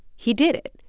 he did it.